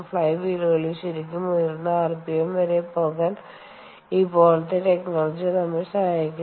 fly വീലുകളിൽ ശരിക്കും ഉയർന്ന ആർപിഎംറപിഎംസ് വരെ പോകാൻ ഇപ്പോളത്തെ ടെക്നോളജി നമ്മെ സഹായിക്കുന്നു